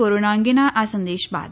corona અંગેના આ સંદેશ બાદ